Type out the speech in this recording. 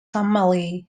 camille